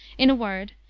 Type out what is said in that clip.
in a word,